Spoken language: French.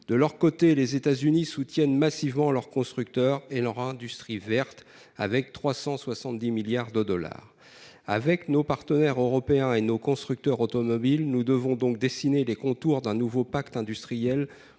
De leur côté, les États-Unis soutiennent massivement leurs constructeurs et leur industrie verte avec 370 milliards de dollars avec nos partenaires européens et nos constructeurs automobiles. Nous devons donc dessiné les contours d'un nouveau pacte industriel